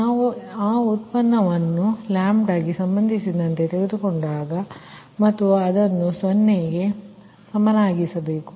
ನಾವು ಆ ಉತ್ಪನ್ನವನ್ನು ಗೆ ಸಂಬಂಧಿಸಿದಂತೆ ತೆಗೆದುಕೊಂಡಾಗ ಮತ್ತು ಅದನ್ನು 0 ಗೆ ಸಮನಾಗಿಸಬೇಕು